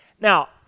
Now